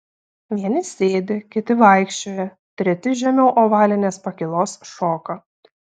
vieni sėdi kiti vaikščioja treti žemiau ovalinės pakylos šoka